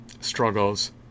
struggles